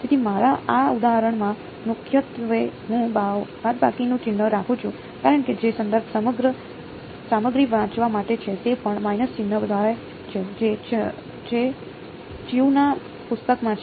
તેથી મારા આ ઉદાહરણમાં મુખ્યત્વે હું બાદબાકીનું ચિહ્ન રાખું છું કારણ કે જે સંદર્ભ સામગ્રી વાંચવા માટે છે તે પણ માઈનસ ચિહ્ન ધારે છે જે ચ્યુના પુસ્તકમાં છે